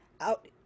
out